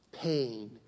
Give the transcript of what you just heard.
pain